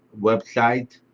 website